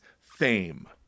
fame